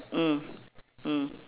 mm mm